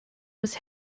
was